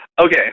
okay